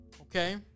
Okay